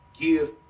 give